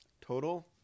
total